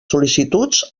sol·licituds